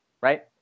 right